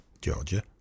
Georgia